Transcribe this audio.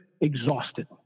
exhausted